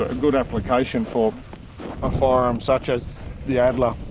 ah good application for a firearm such as the adler.